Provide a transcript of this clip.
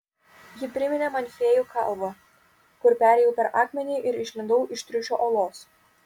ji priminė man fėjų kalvą kur perėjau per akmenį ir išlindau iš triušio olos